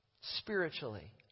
spiritually